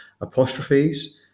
apostrophes